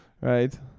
right